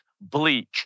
bleak